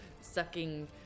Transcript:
sucking